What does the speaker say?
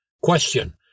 Question